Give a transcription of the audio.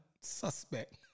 suspect